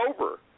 over